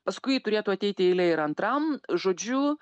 paskui turėtų ateiti eilė ir antram žodžiu